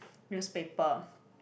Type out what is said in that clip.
newspaper